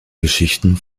geschichten